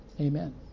amen